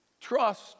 Trust